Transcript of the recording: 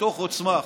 מתוך עוצמה.